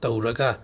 ꯇꯧꯔꯒ